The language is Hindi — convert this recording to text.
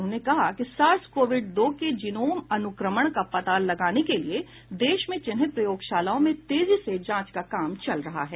उन्होंने कहा कि सार्स कोविड दो के जीनोम अनुक्रमण का पता लगाने के लिए देश में चिन्हित प्रयोगशालाओं में तेजी से जांच का काम चल रहा है